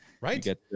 right